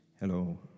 Hello